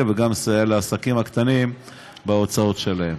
וגם לסייע לעסקים הקטנים בהוצאות שלהם.